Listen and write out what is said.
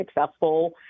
successful